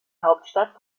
hauptstadt